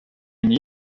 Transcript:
uni